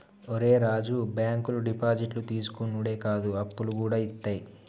ఒరే రాజూ, బాంకులు డిపాజిట్లు తీసుకునుడే కాదు, అప్పులుగూడ ఇత్తయి